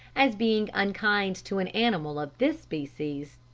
as being unkind to an animal of this species.